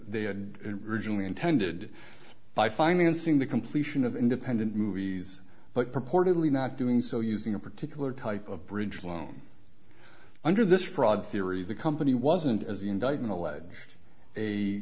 they had regionally intended by financing the completion of independent movies but purportedly not doing so using a particular type of bridge loan under this fraud theory the company wasn't as the indictment alleged a